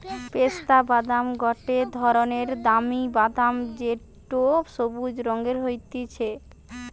পেস্তা বাদাম গটে ধরণের দামি বাদাম যেটো সবুজ রঙের হতিছে